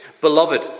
Beloved